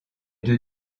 deux